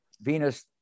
venus